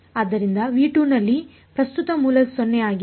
ಆದ್ದರಿಂದ ನಲ್ಲಿ ಪ್ರಸ್ತುತ ಮೂಲ 0 ಆಗಿದೆ